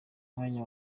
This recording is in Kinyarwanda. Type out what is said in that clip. mwanya